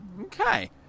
Okay